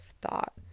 thought